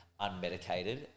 unmedicated